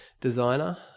designer